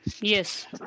Yes